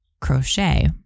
crochet